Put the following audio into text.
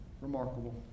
remarkable